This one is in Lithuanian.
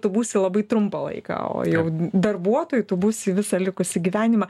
tu būsi labai trumpą laiką o jau darbuotoju tu būsi visą likusį gyvenimą